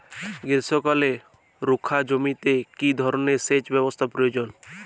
গ্রীষ্মকালে রুখা জমিতে কি ধরনের সেচ ব্যবস্থা প্রয়োজন?